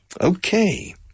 Okay